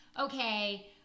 okay